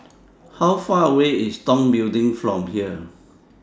How Far away IS Tong Building from here